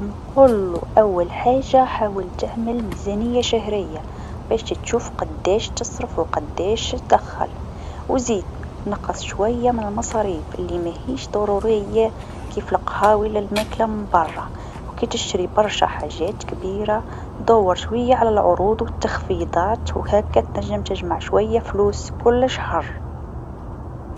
نقولو أول حاجه حاول تعمل ميزانيه شهريه باش تشوف قداش تصرف و قداش أدخل و زيد نقص شويا من المصاريف لماهيش ضروريه كيف القهاوي للماكله من برا و كتشري برشا حاجات كبيرا دور شويا على العروض و التخفيضات و هكا تنجم تجمع شويا فلوس كل شهر.